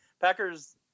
Packers